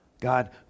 God